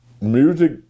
music